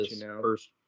first